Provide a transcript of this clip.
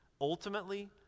ultimately